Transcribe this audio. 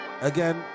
Again